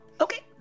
okay